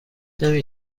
نمی